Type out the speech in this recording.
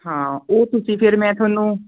ਹਾਂ ਉਹ ਤੁਸੀਂ ਫਿਰ ਮੈਂ ਤੁਹਾਨੂੰ